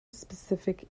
specific